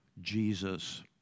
Jesus